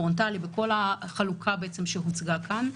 פרונטלי וכל החלוקה שהוצגה כאן.